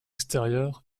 extérieur